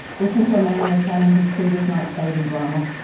listening to a man recounting his previous night's dating drama